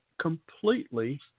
completely